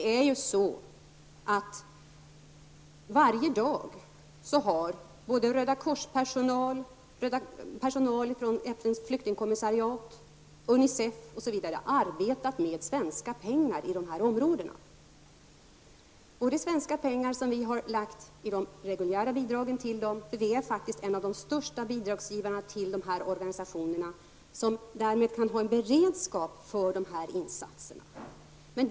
Varje dag har personal från Röda korset, från FNs flyktingkommissariat, från UNICEF osv. arbetat med svenska pengar i det område vi nu talar om. Det är pengar som vi har lagt i de reguljära bidragen till dessa organisationer. Sverige är faktiskt en av deras största bidragsgivare, och det har gjort det möjligt för dem att ha en beredskap för att göra insatser.